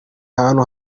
ahantu